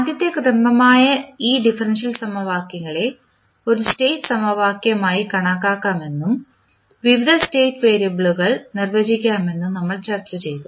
ആദ്യത്തെ ക്രമമായ ഈ ഡിഫറൻഷ്യൽ സമവാക്യങ്ങളെ ഒരു സ്റ്റേറ്റ് സമവാക്യമായി കണക്കാക്കാമെന്നും വിവിധ സ്റ്റേറ്റ് വേരിയബിളുകൾ നിർവചിക്കാമെന്നും നമ്മൾ ചർച്ച ചെയ്തു